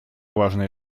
важные